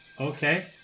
Okay